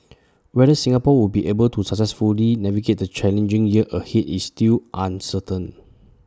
whether Singapore will be able to successfully navigate the challenging year ahead is still uncertain